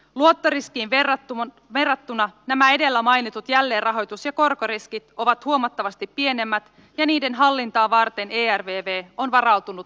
luottoriskiin verrattuna nämä edellä mainitut jälleenrahoitus ja korkoriskit ovat huomattavasti pienemmät ja niiden hallintaa varten ervv on varautunut monella tapaa